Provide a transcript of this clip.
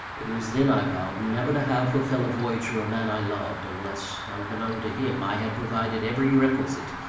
it was then i vowed never to have for fellow-voyager a man i loved, unless, unbeknown to him, i had provided every requisite,